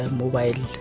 mobile